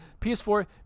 PS4